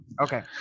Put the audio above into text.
Okay